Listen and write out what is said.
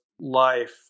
life